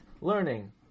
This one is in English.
learning